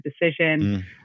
decision